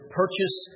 purchase